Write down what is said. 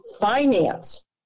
finance